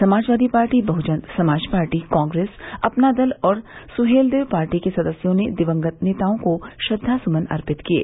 Samajwadi party Bahujan Samaj party Congress Apna Dal और Suheldev party र्क सदस्यों ने दिवंगत नेताओं को श्रद्वा सुमन अर्पित किये